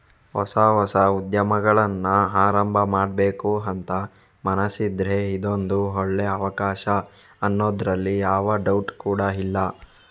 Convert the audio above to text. ಹೊಸ ಹೊಸ ಉದ್ಯಮಗಳನ್ನ ಆರಂಭ ಮಾಡ್ಬೇಕು ಅಂತ ಮನಸಿದ್ರೆ ಇದೊಂದು ಒಳ್ಳೇ ಅವಕಾಶ ಅನ್ನೋದ್ರಲ್ಲಿ ಯಾವ ಡೌಟ್ ಕೂಡಾ ಇಲ್ಲ